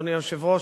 אדוני היושב-ראש,